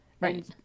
right